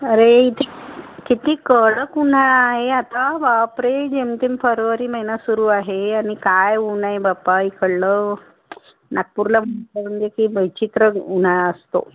अरे इथे किती कडक उन्हाळा आहे आता बापरे जेमतेम फरवरी महिना सुरू आहे आणि काय ऊन आहे बापा इकडलं नागपूरला की विचित्र उन्हाळा असतो